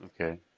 Okay